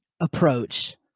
approach